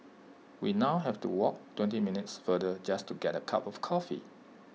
we now have to walk twenty minutes farther just to get A cup of coffee